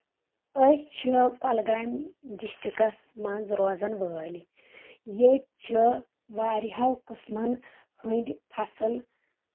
أسۍ چھِ کولگامہِ ڈسٹکس منٛز روزان وٲلۍ ییٚتۍ چھِ واریاہو قٕسمن ہٕنٛدۍ فَصل